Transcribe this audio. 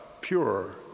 pure